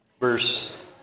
verse